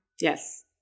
Yes